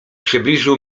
przybliżył